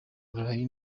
burayi